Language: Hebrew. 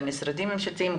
גם משרדים ממשלתיים,